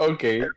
Okay